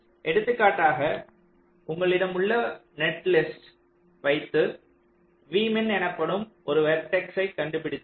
எடுத்துக்காட்டாக உங்களிடம் உள்ள நெட்லிஸ்ட் வைத்து V min எனப்படும் ஒரு வெர்டெக்ஸைக் கண்டுபிடித்தீர்கள்